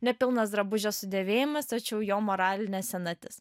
nepilnas drabužio sudėvėjimas tačiau jo moralinė senatis